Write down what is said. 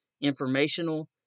informational